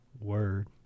word